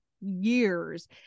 years